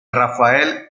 rafael